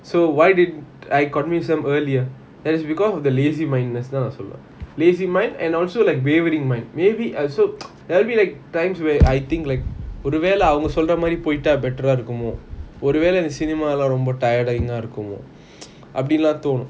so why did I convinced them earlier that is because of the lazy mindess தான் நான் சொல்லுவான்:thaan naan soluvan also lah lazy mind and also like wavering mind wav~ ah so there'll be like times where I think like ஒரு வேல அவங்க சொல்ற மாறி போய்ட்டா:oru vela avanga solra maari poita better eh இருக்குமோ ஒருவேளை:irukumo oruvelai cinema லாம்:lam tiring eh இருக்குமோ அப்பிடீன்னுளம் தின்னும்:irukumo apidinulam thinum